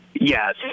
Yes